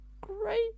great